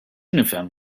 nifhem